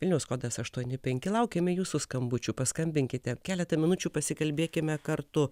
vilniaus kodas aštuoni penki laukiame jūsų skambučių paskambinkite keletą minučių pasikalbėkime kartu